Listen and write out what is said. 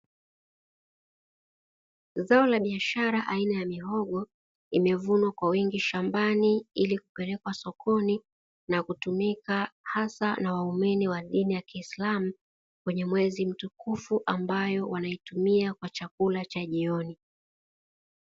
Zao la biashara aina ya mihogo, imevunwa kwa wingi shambani ili kupelekwa sokoni na kutumika hasa na waumini wa dini ya Kiislamu, kwenye mwezi mtukufu, ambayo huitumia kwa chakula cha jioni.